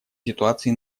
ситуации